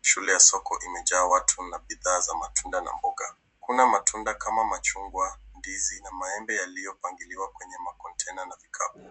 Shule ya soko imejaa watu na bidhaa za matunda na mboga. Kuna matunda kama machungwa, ndizi na maembe yaliyopangiliwa kwenye macontainer na vikapu.